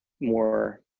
more